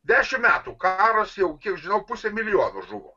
dešimt metų karas jau kiek žinau pusė milijono žuvo